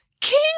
King